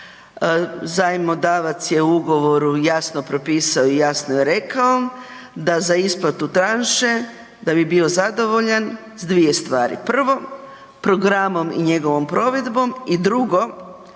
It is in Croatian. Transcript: zajmodavac je u ugovoru jasno propisao i jasno je rekao da za isplatu tranše da bi bio zadovoljan s dvije stvari. Prvo programom i njegovom provedbom i drugo